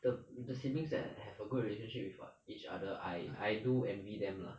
the the siblings that I have a good relationship with each other I I do envy them lah